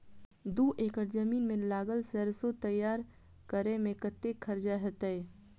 दू एकड़ जमीन मे लागल सैरसो तैयार करै मे कतेक खर्च हेतै?